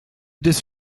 des